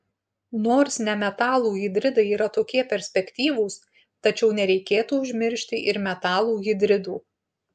nors nemetalų hidridai yra tokie perspektyvūs tačiau nereikėtų užmiršti ir metalų hidridų